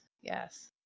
Yes